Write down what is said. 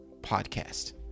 podcast